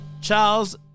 Charles